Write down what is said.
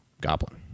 goblin